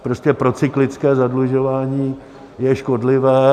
Prostě procyklické zadlužování je škodlivé.